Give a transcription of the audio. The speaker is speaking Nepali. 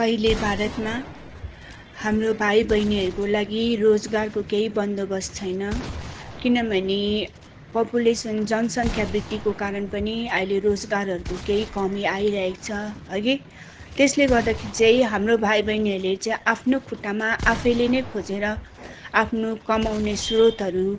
अहिले भारतमा हाम्रो भाइ बहिनीहरूको लागि रोजगारको केही बन्दोबस्त छैन किनभने पपुलेसन जनसंख्या वृद्धिको कारण पनि अहिले रोजगारहरूको केही कमी आइरहेको छ हगि त्यसले गर्दाखेरि चाहिँ हाम्रो भाइ बहिनीहरूले चाहिँ त्यसले गर्दाखेरि चाहिँ हाम्रो भाइ बहिनीहरूले चाहिँ आफ्नो खुट्टामा आफैले नै खोजेर आफ्नो कमाउने स्रोतहरू